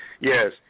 Yes